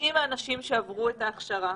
90 האנשים שעברו את ההכשרה,